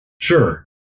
Sure